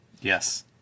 Yes